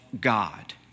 God